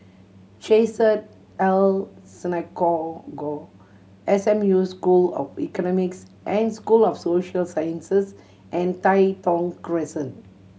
Chesed El Synagogue S M U School of Economics and School of Social Sciences and Tai Thong Crescent